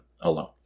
alone